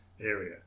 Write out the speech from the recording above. area